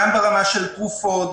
גם ברמה של תרופות,